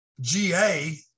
GA